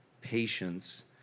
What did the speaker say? patience